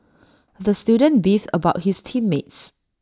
the student beefed about his team mates